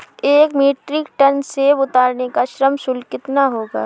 एक metric ton सेव उतारने का श्रम शुल्क कितना होगा?